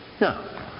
No